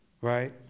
Right